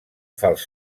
fals